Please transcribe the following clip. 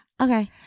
Okay